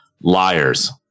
liars